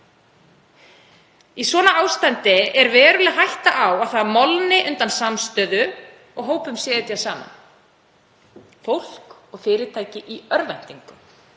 Í svona ástandi er veruleg hætta á að það molni undan samstöðu og hópum sé att saman, fólki og fyrirtækjum í örvæntingu,